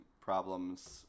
problems